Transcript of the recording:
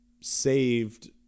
saved